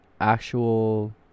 actual